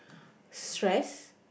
stress